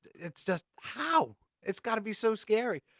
it's just, how! it's gotta be so scary.